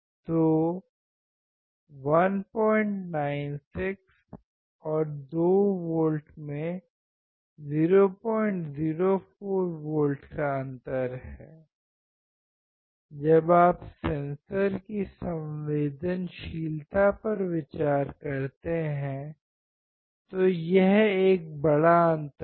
तो 196 और 2 वोल्ट में 004 वोल्ट का अंतर है जब आप सेंसर की संवेदनशीलता पर विचार करते हैं तो यह एक बड़ा अंतर है